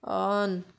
on